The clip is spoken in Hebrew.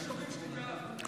אנחנו מתעסקים בשוברים שתיקה.